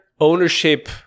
ownership